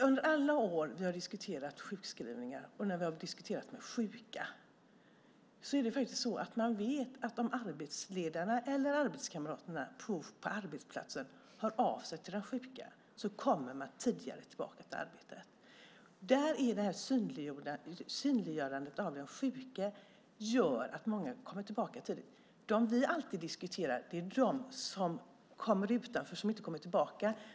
Under alla år som vi har diskuterat sjukskrivningar och sjuka har man vetat att om arbetsledarna eller arbetskamraterna på arbetsplatsen hör av sig till den sjuka kommer han eller hon tillbaka tidigare till arbetet. Synliggörandet av de sjuka gör att många kommer tillbaka tidigare. Vi diskuterar alltid de personer som hamnar utanför och inte kommer tillbaka.